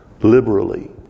liberally